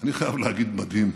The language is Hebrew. אני חייב להגיד, מדהים.